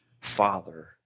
father